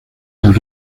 del